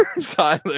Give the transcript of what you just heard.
Tyler